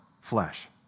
flesh